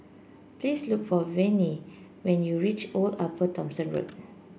please look for Vinie when you reach Old Upper Thomson Road